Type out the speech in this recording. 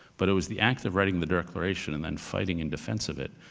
but it was the act of writing the declaration and then fighting in defense of it,